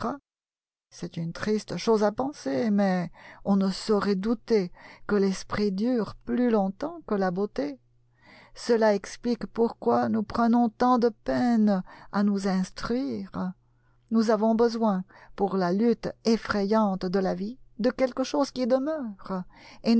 c'est une triste chose à penser mais on ne saurait douter que l'esprit dure plus longtemps que la beauté cela explique pourquoi nous prenons tant de peine à nous instruire nous avons besoin pour la lutte effrayante de la vie de quelque chose qui demeure